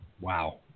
Wow